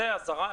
זו אזהרה,